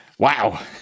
Wow